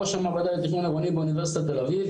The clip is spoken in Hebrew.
ראש המעבדה לתכנון עירוני באוניברסיטת תל אביב,